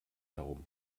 herum